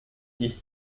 die